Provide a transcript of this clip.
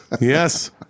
Yes